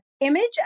Image